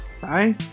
Bye